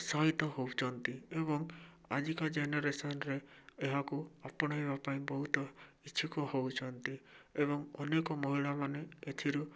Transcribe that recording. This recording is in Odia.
ଉତ୍ସାହିତ ହେଉଛନ୍ତି ଏବଂ ଆଜିକା ଜେନେରେସନ୍ରେ ଏହାକୁ ଆପଣାଇବା ପାଇଁ ବହୁତ ଇଚ୍ଛୁକ ହେଉଛନ୍ତି ଏବଂ ଅନେକ ମହିଳାମାନେ ଏଥିରୁ